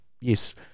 yes